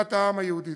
מדינת העם היהודי.